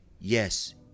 yes